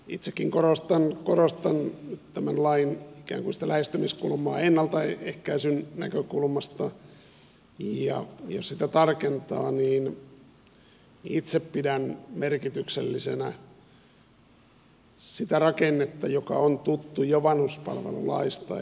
itsekin korostan tämän lain lähestymiskulmaa ennaltaehkäisyn näkökulmasta ja jos sitä tarkentaa niin itse pidän merkityksellisenä sitä rakennetta joka on tuttu jo vanhuspalvelulaista